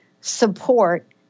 support